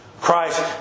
Christ